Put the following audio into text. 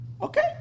Okay